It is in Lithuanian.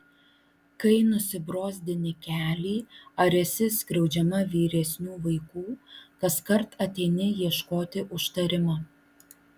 kai nusibrozdini kelį ar esi skriaudžiama vyresnių vaikų kaskart ateini ieškoti užtarimo